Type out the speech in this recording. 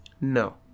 No